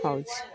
ହେଉଛି